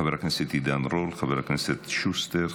חבר הכנסת עידן רול, חבר הכנסת שוסטר,